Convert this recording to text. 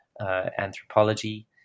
anthropology